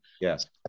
Yes